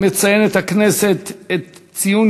נעבור להצעות לסדר-היום בנושא: ציון